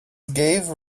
gave